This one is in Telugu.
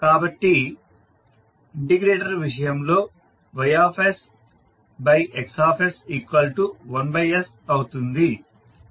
కాబట్టి ఇంటిగ్రేటర్ విషయంలో YX1s అవుతుంది